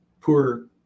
Poor